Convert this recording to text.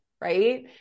right